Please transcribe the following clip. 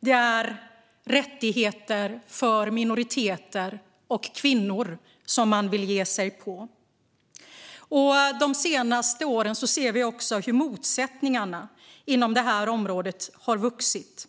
ge sig på rättigheter för minoriteter och kvinnor. De senaste åren har vi också sett att motsättningarna inom det här området har vuxit.